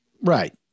Right